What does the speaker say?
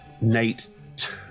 Nate